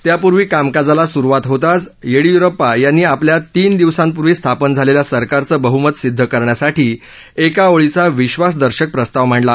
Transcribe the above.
त्यापूर्वी कामकाजाला सुरुवात होताच बी एस येडीयुरप्पा यांनी आपल्या तीन दिवसांपूर्वी स्थापन झालेल्या सरकारचं बहुमत सिद्व करण्यासाठी एका ओळीचा विश्वासदर्शक प्रस्ताव मांडला